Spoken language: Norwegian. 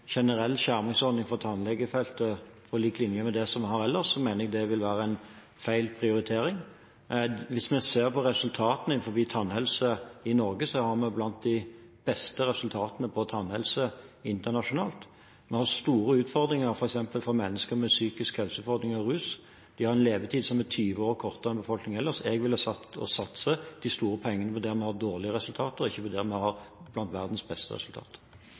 generell skjermingsordning for tannlegefeltet på lik linje med det vi har ellers, mener jeg det vil være en feil prioritering. Hvis vi ser på resultatene innenfor tannhelse i Norge, har vi blant de beste resultatene når det gjelder tannhelse internasjonalt. Vi har store utfordringer, f.eks. for mennesker med psykiske helseutfordringer og rus. De har en levetid som er 20 år kortere enn befolkningen ellers. Jeg ville satset de store pengene der vi har dårlige resultater, ikke der vi har blant verdens beste